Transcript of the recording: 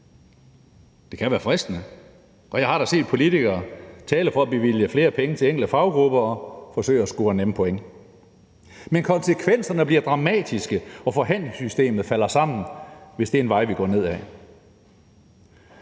Det kan være fristende, og jeg har da set politikere tale for at bevilge flere penge til enkelte faggrupper og forsøge at score nemme point, men konsekvenserne bliver dramatiske, og forhandlingssystemet falder sammen, hvis det er en vej, vi går ned ad.